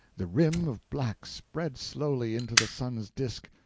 the rim of black spread slowly into the sun's disk,